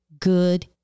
good